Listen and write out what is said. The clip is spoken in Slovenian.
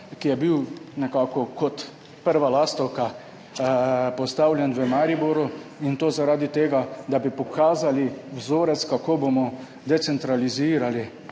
ki je bil nekako kot prva lastovka postavljen v Mariboru, in to zaradi tega, da bi pokazali vzorec, kako bomo decentralizirali